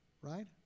right